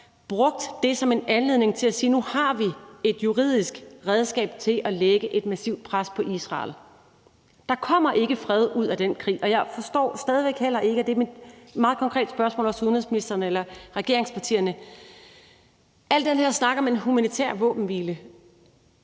brugt det som en anledning til at sige: Nu har vi et juridisk redskab til at lægge et massivt pres på Israel. Der kommer ikke fred ud af den krig, og jeg forstår stadig væk heller ikke – det er mit meget konkrete spørgsmål til udenrigsministeren og regeringspartierne – al den her snak om en humanitær våbenhvile.